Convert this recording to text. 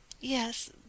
yes